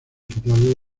quitado